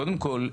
קודם כל,